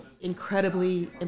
incredibly